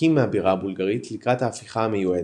המרוחקים מהבירה הבולגרית לקראת ההפיכה המיועדת.